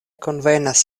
konvenas